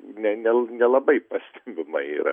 ne ne nelabai pastebima yra